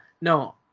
no